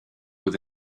with